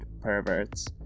perverts